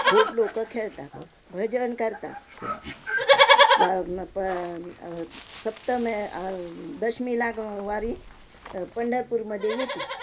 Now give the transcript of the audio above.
खूप लोकं खेळतात भजन करतात सा प सप्तमी दशमीला वारी पंढरपूरमध्ये येते